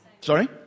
Sorry